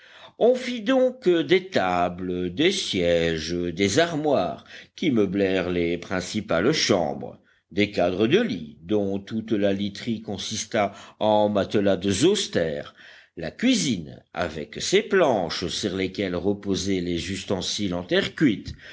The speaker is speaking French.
on fit donc des tables des sièges des armoires qui meublèrent les principales chambres des cadres de lit dont toute la literie consista en matelas de zostère la cuisine avec ses planches sur lesquelles reposaient les ustensiles en terre cuite